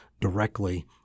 directly